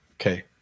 Okay